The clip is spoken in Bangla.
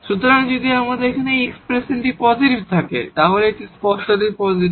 সুতরাং যদি আমাদের এখানে এই এক্সপ্রেশনটি পজিটিভ থাকে তাই এটি স্পষ্টতই পজিটিভ